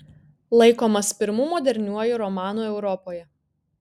laikomas pirmu moderniuoju romanu europoje